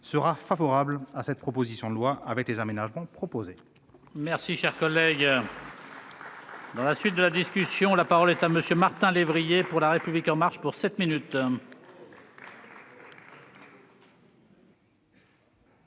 sera favorable à cette proposition de loi, avec les aménagements proposés.